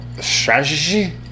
Strategy